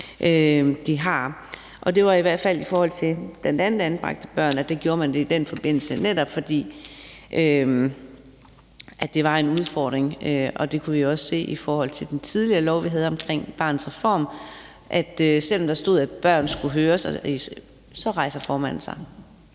de har. Det var i forbindelse med bl.a. anbragte børn, man gjorde det, netop fordi det var en udfordring. Det kunne vi også se i forhold til den tidligere lov, vi havde omkring Barnets Reform. Selv om der stod, at børn skulle høres ... (Formanden